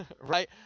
Right